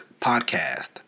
Podcast